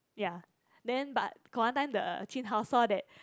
ya then but got one time the jun hao saw that